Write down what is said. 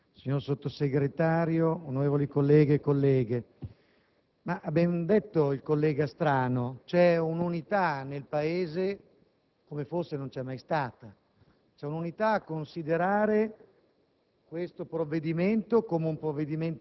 Signor Presidente, signor Sottosegretario, colleghe e colleghi, ha ben detto il collega Strano: c'è un'unità nel Paese come forse non c'è mai stata. C'è unità a considerare